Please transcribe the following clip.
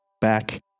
back